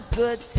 good.